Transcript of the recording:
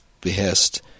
behest